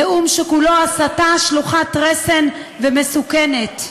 נאום שכולו הסתה שלוחת רסן ומסוכנת,